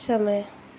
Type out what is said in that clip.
समय